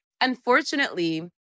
unfortunately